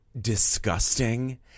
disgusting